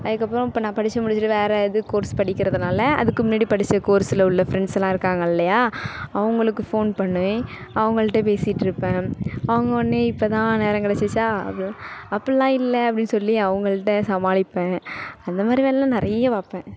அதுக்கப்புறம் இப்போ நான் படித்து முடிச்சுட்டு வேறு இது கோர்ஸ் படிக்கிறதுனால அதுக்கு முன்னாடி படித்த கோர்ஸில் உள்ள ஃப்ரெண்ட்ஸெலாம் இருக்காங்க இல்லையா அவங்களுக்கு ஃபோன் பண்ணி அவங்கள்ட்ட பேசிகிட்ருப்பேன் அவங்க உடனே இப்போதான் நேரம் கிடச்சிச்சா அப்படிலாம் அப்பிடில்லாம் இல்லை அப்படின்னு சொல்லி அவங்கள்ட்ட சமாளிப்பேன் அந்தமாதிரி வேலைல்லாம் நிறைய பார்ப்பேன்